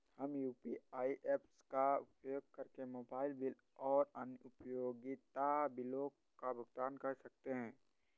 हम UPI apps का उपयोग करके मोबाइल बिल और अन्य उपयोगिता बिलों का भुगतान कर सकते हैं